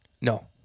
No